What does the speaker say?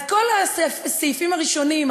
אז כל הסעיפים הראשונים,